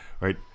Right